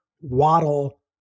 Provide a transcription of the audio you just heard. Waddle